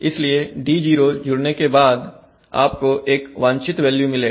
इसलिए d0 जुड़ने के बाद आपको y का वांछित वेल्यू मिलेगा